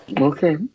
Okay